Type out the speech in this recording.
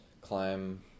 climb